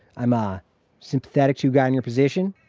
i'm ah sympathetic to guy in your position.